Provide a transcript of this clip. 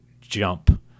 jump